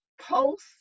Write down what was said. post